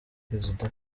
perezida